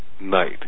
night